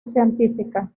científica